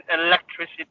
electricity